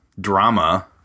drama